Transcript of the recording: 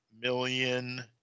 million –